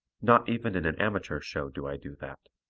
not even in an amateur show do i do that.